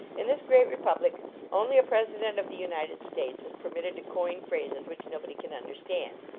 in this great republic only a president of the united states is permitted to coin phrases which nobody can under stand.